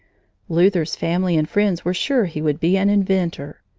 luther's family and friends were sure he would be an inventor.